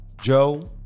Joe